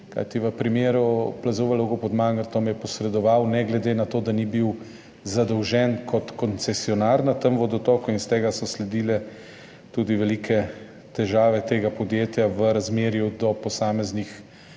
kajti v primeru plazu v Logu pod Mangartom je podjetje posredovalo ne glede na to, da ni bilo zadolženo kot koncesionar na tem vodotoku in iz tega so sledile tudi velike težave tega podjetja v razmerju do posameznih